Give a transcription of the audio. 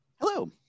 Hello